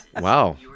Wow